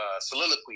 soliloquy